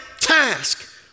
task